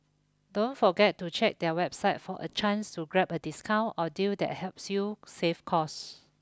don't forget to check their website for a chance to grab a discount or deal that helps you save cost